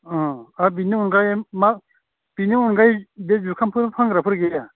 अ आरो बिनि अनगायै मा बिनि अनगायै बे जुखामफोर फानग्राफोर गैया